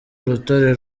urutare